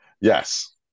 Yes